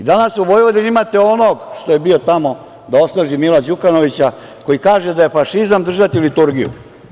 Danas u Vojvodini imate onog što je bio tamo da osnaži Mila Đukanovića, koji kaže da je fašizam držati liturgiju.